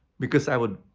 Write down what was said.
because i would,